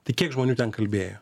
tai kiek žmonių ten kalbėjo